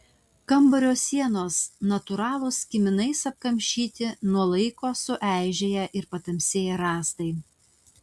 kambario sienos natūralūs kiminais apkamšyti nuo laiko suaižėję ir patamsėję rąstai